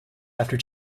after